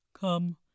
Come